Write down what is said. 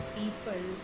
people